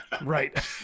right